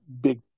big